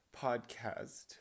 podcast